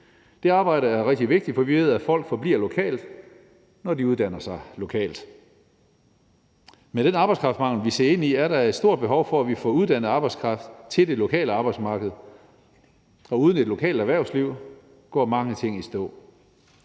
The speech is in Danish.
Det arbejde er rigtig vigtigt, for vi ved, at folk bliver boende lokalt, når de uddanner sig lokalt. Med den arbejdskraftmangel, vi ser ind i, er der et stort behov for, at vi får uddannet arbejdskraft til det lokale arbejdsmarked, for uden et lokalt erhvervsliv går mange ting i stå.